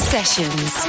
Sessions